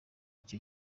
icyo